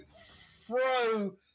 throw